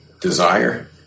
desire